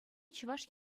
чӑваш